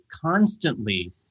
constantly